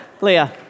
Leah